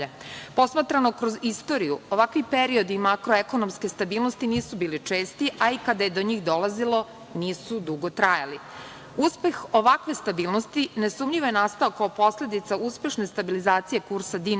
Posmatrano kroz istoriju, ovakvi periodi makro-ekonomske stabilnosti nisu bili česti, a i kada je do njih dolazilo, nisu dugo trajali. Uspeh ovakve stabilnosti nesumnjivo je nastao kao posledica uspešne stabilizacije kursa dinara,